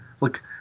look